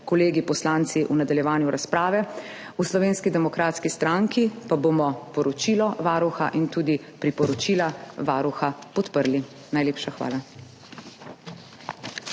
kolegi poslanci v nadaljevanju razprave. V Slovenski demokratski stranki bomo poročilo Varuha in tudi priporočila Varuha podprli. Najlepša hvala.